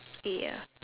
ya